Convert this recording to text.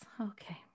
Okay